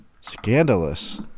Scandalous